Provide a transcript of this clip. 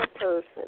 person